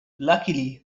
luckily